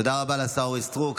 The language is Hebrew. תודה רבה לשרה אורית סטרוק.